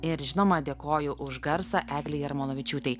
ir žinoma dėkoju už garsą eglei jarmalavičiūtei